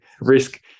risk